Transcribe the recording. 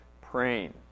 Praying